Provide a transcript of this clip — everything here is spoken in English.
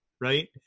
right